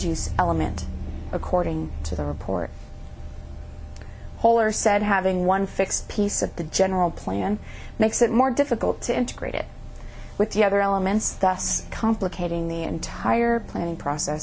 use element according to the report holder said having one fixed piece of the general plan makes it more difficult to integrate it with the other elements that's complicating the entire planning process